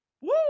Woo